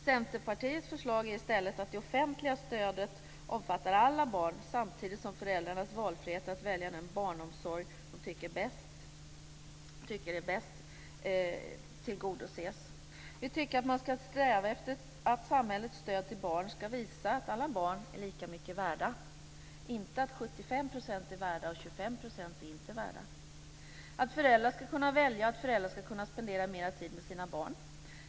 Centerpartiets förslag är i stället att det offentliga stödet omfattar alla barn, samtidigt som föräldrarnas valfrihet att välja den barnomsorg de tycker är bäst tillgodoses. Vi tycker att man ska sträva efter att samhällets stöd till barn ska visa att alla barn är lika mycket värda - inte att 75 % har ett värde och att 25 % inte har ett värde. Föräldrar ska kunna välja och föräldrar ska kunna spendera mer tid med sina barn.